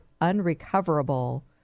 unrecoverable